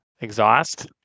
Exhaust